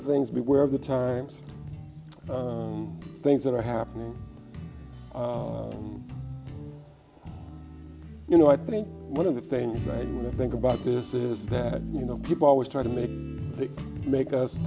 the things we were of the times things that are happening you know i think one of the things i think about this is that you know people always try to make